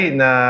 na